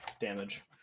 damage